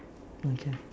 okay